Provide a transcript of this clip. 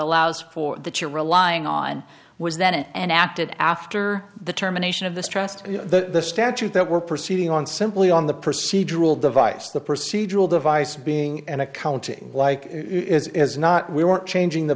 allows for that you're relying on was then it enacted after the terminations of this trust the statute that we're proceeding on simply on the procedural device the procedural device being an accounting like it's not we weren't changing the